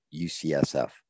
UCSF